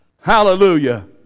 Hallelujah